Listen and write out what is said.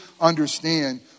understand